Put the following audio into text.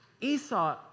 Esau